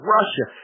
Russia